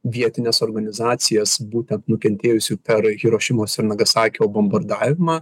vietines organizacijas būtent nukentėjusių per hirošimos ir nagasakio bombardavimą